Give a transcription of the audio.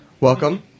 Welcome